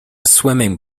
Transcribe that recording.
swimming